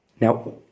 Now